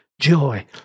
joy